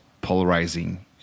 polarizing